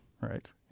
Right